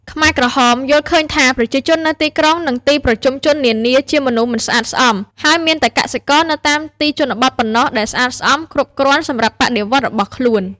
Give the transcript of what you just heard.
ខ្មែរក្រហមយល់ឃើញថាប្រជាជននៅទីក្រុង និងទីប្រជុំជននានាជាមនុស្សមិនស្អាតស្អំ ហើយមានតែកសិករនៅតាមទីជនបទប៉ុណ្ណោះដែលស្អាតស្អំគ្រប់គ្រាន់សម្រាប់បដិវត្តន៍របស់ខ្លួន។